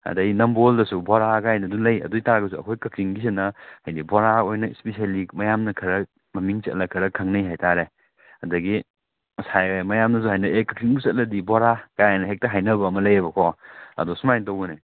ꯑꯗꯩ ꯅꯝꯕꯣꯜꯗꯁꯨ ꯕꯣꯔꯥ ꯀꯥꯏꯗꯅ ꯂꯩ ꯑꯗꯨ ꯑꯣꯏꯇꯥꯔꯒꯁꯨ ꯑꯩꯈꯣꯏ ꯀꯥꯛꯆꯤꯡꯒꯤꯁꯤꯅ ꯍꯥꯏꯗꯤ ꯕꯣꯔꯥ ꯑꯣꯏꯅ ꯏꯁꯄꯤꯁꯦꯜꯂꯤ ꯃꯌꯥꯝꯅ ꯈꯔ ꯃꯃꯤꯡ ꯆꯠꯂ ꯈꯔ ꯈꯪꯅꯩ ꯍꯥꯏꯇꯥꯔꯦ ꯑꯗꯒꯤ ꯉꯁꯥꯏ ꯃꯌꯥꯝꯅꯁꯨ ꯍꯥꯏꯅ ꯑꯦ ꯀꯥꯛꯆꯤꯡꯕꯨ ꯆꯠꯂꯗꯤ ꯕꯣꯔꯥ ꯀꯥꯏꯅ ꯍꯦꯛꯇ ꯍꯥꯏꯅꯕ ꯑꯃ ꯂꯩꯌꯦꯕꯀꯣ ꯑꯗꯣ ꯁꯨꯃꯥꯏꯅ ꯇꯧꯕꯅꯦ